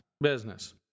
Business